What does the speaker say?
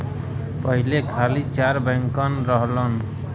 पहिले खाली चार बैंकन रहलन